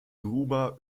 gruber